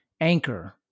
anchor